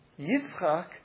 Yitzchak